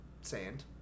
sand